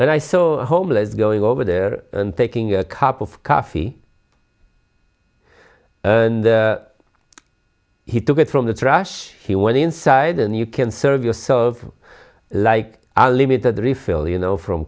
and i so homeless going over there and taking a cup of coffee and he took it from the trash he went inside and you can serve your serve like a limited refill you know from